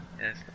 Yes